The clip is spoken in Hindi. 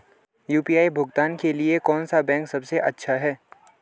यू.पी.आई भुगतान के लिए कौन सा बैंक सबसे अच्छा है?